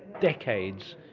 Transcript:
decades,